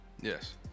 yes